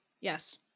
Yes